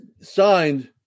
signed